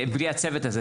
בלי הצוות הזה.